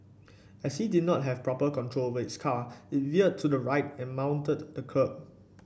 as he did not have proper control of his car it veered to the right and mounted the kerb